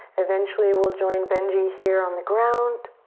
eventually we'll join benji here on the ground.